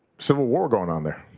civil war going on there.